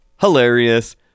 Hilarious